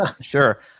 Sure